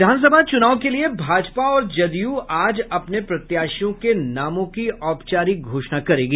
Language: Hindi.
विधान सभा चुनाव के लिए भाजपा और जदयू आज अपने प्रत्याशियों के नामों की औपचारिक घोषणा करेगी